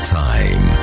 time